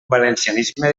valencianisme